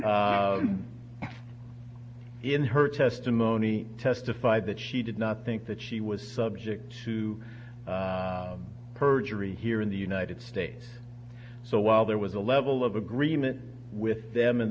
in her testimony testified that she did not think that she was subject to perjury here in the united states so while there was a level of agreement with them